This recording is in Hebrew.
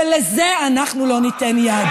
ולזה אנחנו לא ניתן יד.